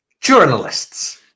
Journalists